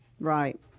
Right